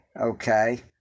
okay